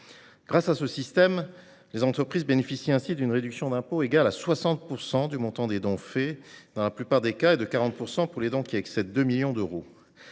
Par ce biais, les entreprises bénéficient d'une réduction d'impôt égale à 60 % du montant des dons dans la plupart des cas, et à 40 % pour les dons qui excèdent 2 millions d'euros.